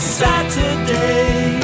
saturday